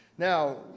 Now